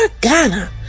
Ghana